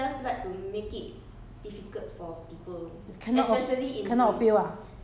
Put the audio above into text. orh but 为什么 what's the reason that they give that the th~